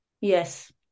yes